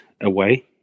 away